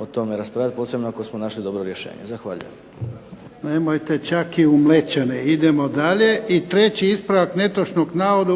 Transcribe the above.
više raspravljati posebno ako smo našli dobro rješenje. Zahvaljujem. **Jarnjak, Ivan (HDZ)** Nemojte čak u Mlečane. Idemo dalje. I treći ispravak netočnog navoda